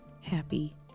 happy